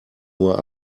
uhr